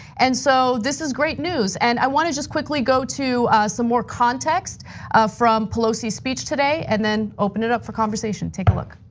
and so, this is great news, and i want to just quickly go to some more context from pelosi speech today, and then open it up for conversation, take a look.